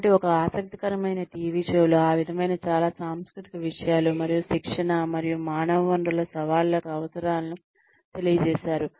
కాబట్టి ఒక ఆసక్తికరమైన టీవీ షో లో ఆ విధమైన చాలా సాంస్కృతిక విషయాలు మరియు శిక్షణ మరియు మానవ వనరుల సవాళ్లకు అవసరాలను తెలియజేశారు